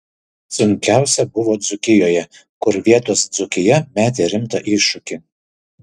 sunkiausia buvo dzūkijoje kur vietos dzūkija metė rimtą iššūkį